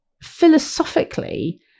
philosophically